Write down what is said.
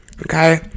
Okay